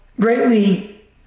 greatly